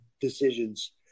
decisions